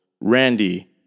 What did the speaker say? Randy